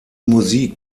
musik